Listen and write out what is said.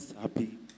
happy